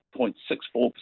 0.64%